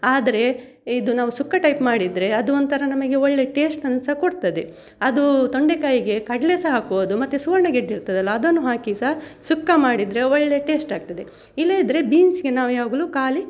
ಆದರೆ ಇದು ನಾವು ಸುಕ್ಕ ಟೈಪ್ ಮಾಡಿದರೆ ಅದು ಒಂಥರ ನಮಗೆ ಒಳ್ಳೆ ಟೇಸ್ಟನ್ನು ಸಹ ಕೊಡ್ತದೆ ಅದು ತೊಂಡೆಕಾಯಿಗೆ ಕಡಲೆ ಸಹ ಹಾಕ್ಬೋದು ಮತ್ತೆ ಸುವರ್ಣಗೆಡ್ಡೆ ಇರ್ತದಲ್ಲ ಅದನ್ನು ಹಾಕಿ ಸಹ ಸುಕ್ಕ ಮಾಡಿದರೆ ಒಳ್ಳೆ ಟೇಸ್ಟ್ ಆಗ್ತದೆ ಇಲ್ಲದಿದ್ದರೆ ಬೀನ್ಸಿಗೆ ನಾವು ಯಾವಾಗಲೂ ಖಾಲಿ